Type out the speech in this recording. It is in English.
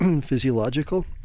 physiological